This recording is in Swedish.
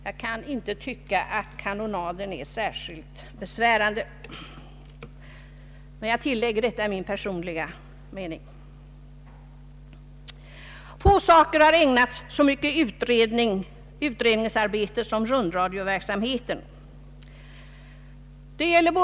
Jag kan inte tycka att ens det skulle vara särskilt besvärande. Men jag understryker att detta är min personliga mening. Få saker har ägnats så mycket utredningsarbete som rundradioverksamheten.